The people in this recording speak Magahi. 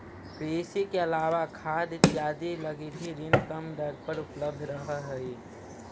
कृषि के अलावा खाद इत्यादि लगी भी ऋण कम दर पर उपलब्ध रहऽ हइ